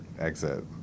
exit